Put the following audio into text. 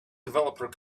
developer